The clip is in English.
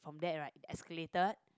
from that right escalator